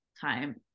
time